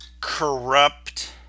corrupt